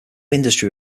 industry